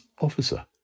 officer